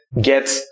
get